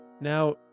Now